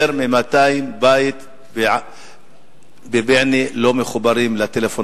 יותר מ-200 בתים בבענה לא מחוברים לטלפון,